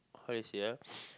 how do you say ah